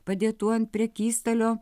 padėtų ant prekystalio